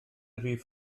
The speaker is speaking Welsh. rif